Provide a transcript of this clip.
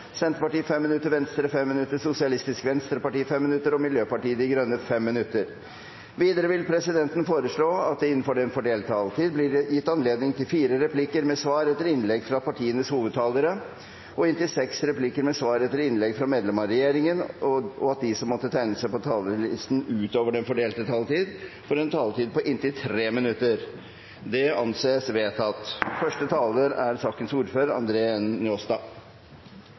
Senterpartiet 5 minutter, Venstre 5 minutter, Sosialistisk Venstreparti 5 minutter og Miljøpartiet De Grønne 5 minutter. Videre vil presidenten foreslå at det blir gitt anledning til inntil fire replikker med svar etter innlegg fra partienes hovedtalere og inntil seks replikker med svar etter innlegg fra medlem av regjeringen innenfor den fordelte taletid, og at de som måtte tegne seg på talerlisten utover den fordelte taletid, får en taletid på inntil 3 minutter. – Det anses vedtatt.